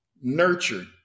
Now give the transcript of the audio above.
nurtured